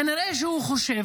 כנראה שהוא חושב,